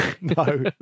no